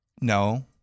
No